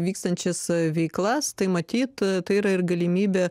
vykstančias veiklas tai matyt tai yra ir galimybė